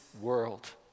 world